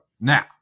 now